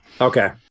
okay